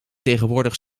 tegenwoordig